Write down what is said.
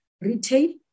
retail